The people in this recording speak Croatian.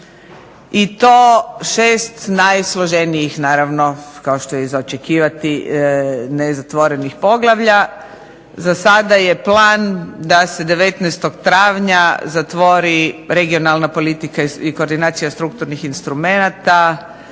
i to 6 najsloženijih naravno kao što je i za očekivati nezatvorenih poglavlja. Zasada je plan da se 19. travnja zatvori Regionalna politika i koordinacija strukturnih instrumenata,